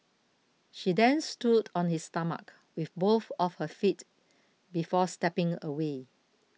she then stood on his stomach with both of her feet before stepping away